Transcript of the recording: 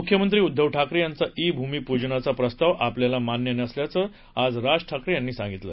मुख्यमंत्री उद्वव ठाकरे यांचा ई भूमीप्जनाचा प्रस्ताव आपल्याला मान्य नसल्याचं राज ठाकरे यांनी सांगितलं